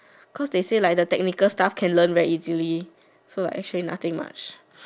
cause they say like the technical stuff can learn very easily so nothing much